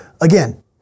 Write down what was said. again